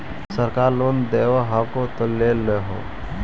सरकार लोन दे हबै तो ले हो?